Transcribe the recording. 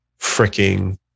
freaking